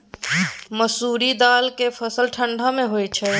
मसुरि दाल के फसल ठंडी मे होय छै?